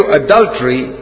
adultery